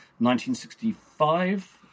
1965